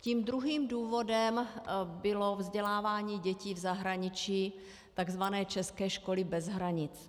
Tím druhým důvodem bylo vzdělávání dětí v zahraničí, tzv. české školy bez hranic.